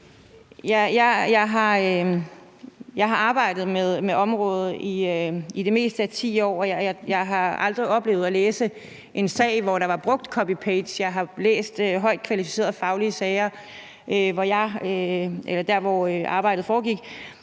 Jeg har arbejdet med området i næsten 10 år, og jeg har aldrig oplevet at læse en sag, hvor der var brugt copy-paste. Jeg har læst højt kvalificerede faglige sager der, hvor arbejdet foregik.